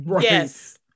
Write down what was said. yes